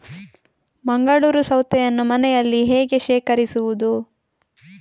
ಮಂಗಳೂರು ಸೌತೆಯನ್ನು ಮನೆಯಲ್ಲಿ ಹೇಗೆ ಶೇಖರಿಸುವುದು?